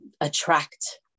attract